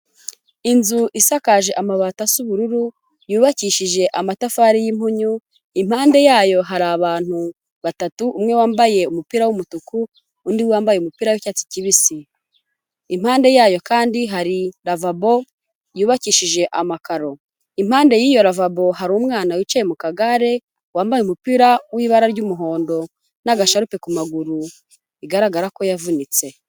Inzu isakaje amabati asa ubururu, yubakishije amatafari y'impunyu, impande yayo hari abantu batatu, umwe wambaye umupira w'umutuku, undi wambaye umupira w'icyatsi kibisi. Impande yayo kandi hari ravabo yubakishije amakaro. Impande y'iyo ravabo hari umwana wicaye mu kagare, wambaye umupira w'ibara ry'umuhondo n'agasharupe ku maguru, bigaragara ko yavunitse.